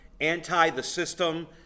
anti-the-system